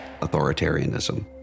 authoritarianism